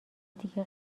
دیگه